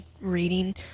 reading